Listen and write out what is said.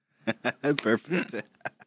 Perfect